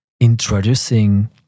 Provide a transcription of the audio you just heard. introducing